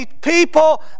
people